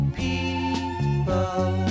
people